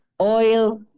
oil